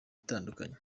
itandukanye